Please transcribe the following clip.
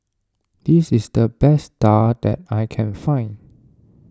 this is the best Daal I can find